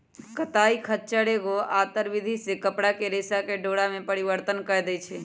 कताई खच्चर एगो आंतर विधि से कपरा के रेशा के डोरा में परिवर्तन कऽ देइ छइ